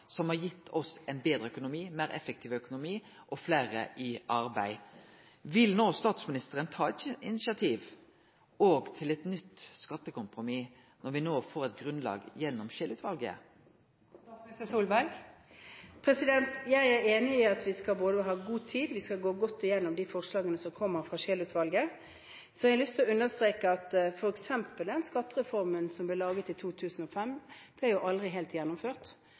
som har gitt oss ein betre økonomi, ein meir effektiv økonomi og fleire i arbeid. Vil statsministeren no ta eit initiativ òg til eit nytt skattekompromiss, når me no får eit grunnlag gjennom Scheel-utvalet? Jeg er enig i at vi skal ha både god tid og gå godt igjennom de forslagene som kommer fra Scheel-utvalget. Så har jeg lyst til å understreke at f.eks. den skattereformen som ble laget i 2005, aldri ble helt gjennomført,